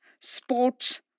sports